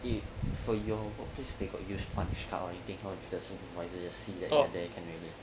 eh for your workplace they got use punch card or anything or your supervisors just see that you are there can already